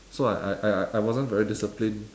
so I I I I wasn't very disciplined